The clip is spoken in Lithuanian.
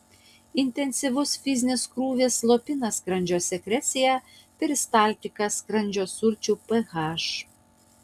intensyvus fizinis krūvis slopina skrandžio sekreciją peristaltiką skrandžio sulčių ph